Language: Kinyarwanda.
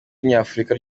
nyafurika